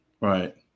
right